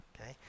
okay